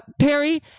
Perry